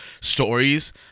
stories